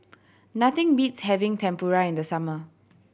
nothing beats having Tempura in the summer